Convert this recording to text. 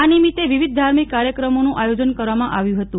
આ નિમિત્તે વિવિધ ધાર્મિક કાર્યક્રમોનું આયોજન કરવામાં આવ્યું હતું